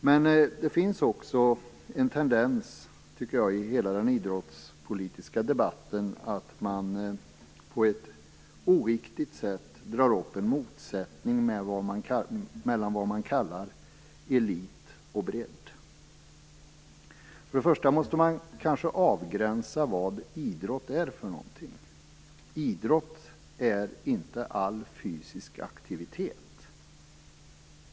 Men det finns också en tendens, tycker jag, i hela den idrottspolitiska debatten att på ett oriktigt sätt dra upp en motsättning mellan vad man kallar elit och bredd. Till att börja med måste man kanske avgöra vad idrott är. Idrott är inte all fysisk aktivitet.